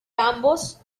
ambos